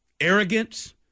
arrogance